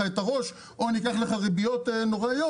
את הראש או ניקח לך ריביות נוראיות"